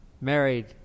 married